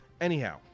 anyhow